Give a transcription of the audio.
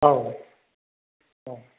औ औ